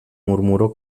murmuró